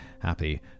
happy